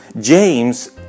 James